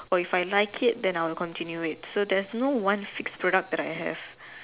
or if I like it then I'll continue it so there's no one fix product that I have